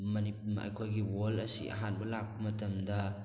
ꯑꯩꯈꯣꯏꯒꯤ ꯋꯥꯔꯜ ꯑꯁꯤ ꯑꯍꯥꯟꯕ ꯂꯥꯛꯄ ꯃꯇꯝꯗ